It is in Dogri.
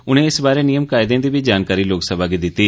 उनें इस बारै नियम कायदें दी बी जानकारी लोक सभा गी दिति